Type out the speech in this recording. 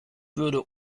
würde